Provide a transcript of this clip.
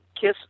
kiss